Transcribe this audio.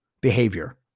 behavior